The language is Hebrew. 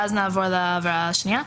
ואז נעבור לעבירה השנייה.